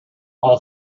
all